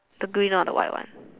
the green or the white one